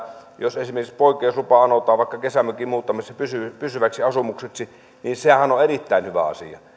jos esimerkiksi poikkeuslupaa anotaan vaikkapa kesämökin muuttamisesta pysyväksi asumukseksi niin sehän on erittäin hyvä asia